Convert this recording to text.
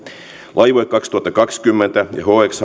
laivue kaksituhattakaksikymmentä ja hx